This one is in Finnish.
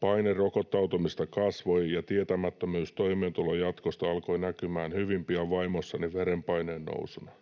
Paine rokottautumiseen kasvoi, ja tietämättömyys toimeentulon jatkosta alkoi näkymään hyvin pian vaimossani verenpaineen nousuna.